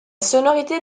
sonorité